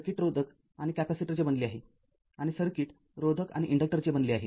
circuit रोधक आणि कॅपेसिटरचे बनले आहे आणि सर्किट रोधक आणि इन्डक्टरचे बनले आहे